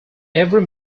every